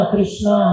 Krishna